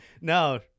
No